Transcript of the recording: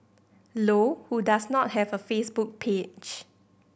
low who does not have a Facebook page